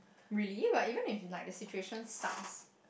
really but even if the situation sucks